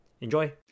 Enjoy